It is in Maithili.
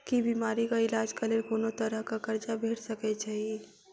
की बीमारी कऽ इलाज कऽ लेल कोनो तरह कऽ कर्जा भेट सकय छई?